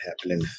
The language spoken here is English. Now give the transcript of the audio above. happening